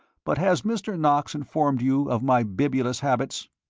but has mr. knox informed you of my bibulous habits?